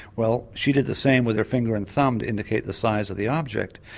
well she did the same with her finger and thumb to indicate the size of the object.